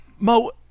Mo